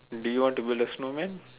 do you want to build a snowman